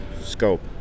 scope